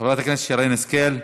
חברת הכנסת שרן השכל,